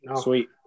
Sweet